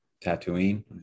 Tatooine